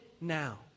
now